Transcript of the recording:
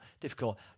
difficult